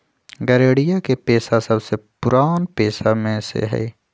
गरेड़िया के पेशा सबसे पुरान पेशा में से हई